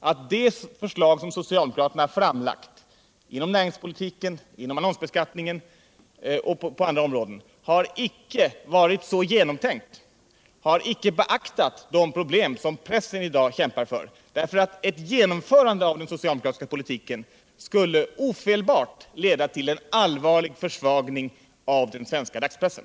att de förslag som socialdemokraterna framlagt — inom näringspolitiken, inom annonsbeskattningen och på andra områden — inte har varit väl genomtänkta och inte har beaktat de problem som pressen i dag kämpar med. Ett genomförande av den socialdemokratiska politiken skulle ofelbart leda till en allvarlig försvagning av den svenska dagspressen.